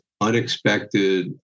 unexpected